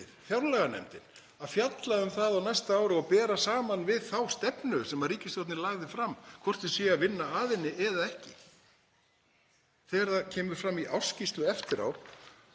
fjárlaganefndin, að fjalla um það á næsta ári og bera saman við þá stefnu sem ríkisstjórnin lagði fram, hvort þau séu að vinna að henni eða ekki? Þegar það kemur fram í ársskýrslu eftir